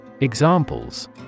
Examples